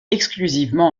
exclusivement